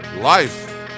Life